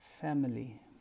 family